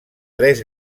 tres